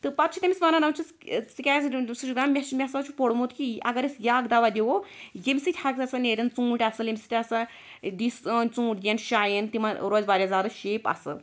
تہٕ پَتہٕ چھِ تٔمس ونان دپان چھِس ژٕ کیٛاز سُہ چھُکھ دپان مےٚ چھُ مےٚ ہَسا چھُ پوٚرمُت کہِ یہِ اگر أسۍ یہِ اکھ دوا دِمو ییٚمہِ سۭتۍ حظ نیریٚن ژوٗنٛٹھۍ اصٕل ییٚمہِ سۭتۍ ہَسا دِۍ سٲنۍ ژوٗنٛٹھۍ دِیَن شاین تِمن روزِ واریاہ زیادٕ شیپ اصٕل